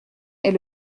est